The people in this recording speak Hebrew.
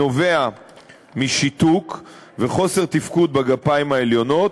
הנובע משיתוק וחוסר תפקוד בגפיים העליונות,